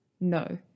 No